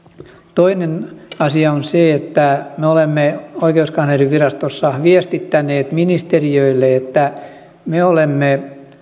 toinen asia on se että me olemme oikeuskanslerinvirastossa viestittäneet ministeriöille että me olemme